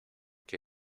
que